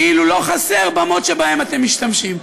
כאילו לא חסרות במות שבהן אתם משתמשים.